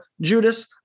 Judas